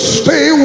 stay